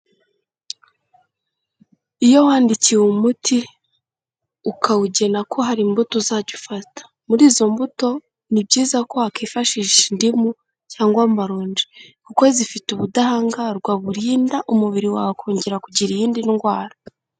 Iyo wandikiwe umuti, ukawugena ko hari imbuto uzajya ufata, muri izo mbuto ni byiza ko wakwifashisha indimu cyangwa amaronji, kuko zifite ubudahangarwa burinda umubiri wawe kongera kugira iyindi ndwara.